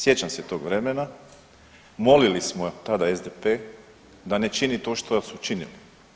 Sjećam se tog vremena, molili smo tada SDP da ne čini to što su učinili.